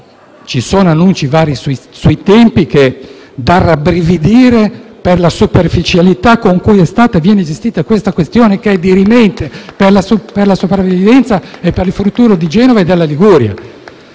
Ci sono annunci vari sui tempi tali da far rabbrividire, per la superficialità con cui viene gestita questa questione, che è dirimente per la sopravvivenza e per il futuro di Genova e della Liguria.